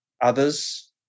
Others